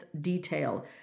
detail